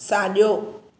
साॼो